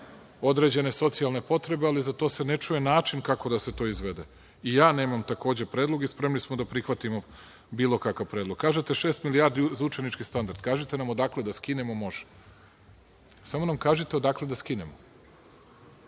određene socijalne potrebe, ali za to se ne čuje način kako to da se to izvede. Nemam takođe predlog i spremni smo da prihvatimo bilo kakav predlog. Kažete, šest milijardi za učenički standard. Kažite nam odakle da skinemo. Može. Kažite odakle da skinemo